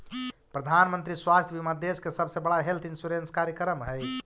प्रधानमंत्री स्वास्थ्य बीमा देश के सबसे बड़ा हेल्थ इंश्योरेंस कार्यक्रम हई